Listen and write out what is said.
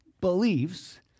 beliefs